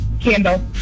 Candle